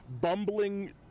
bumbling